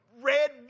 red